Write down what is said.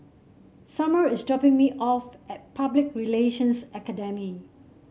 Summer is dropping me off at Public Relations Academy